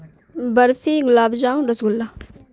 برفی گلاب جامن رس گلہ